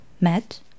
met